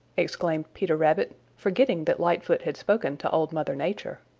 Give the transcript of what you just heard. exclaimed peter rabbit forgetting that lightfoot had spoken to old mother nature.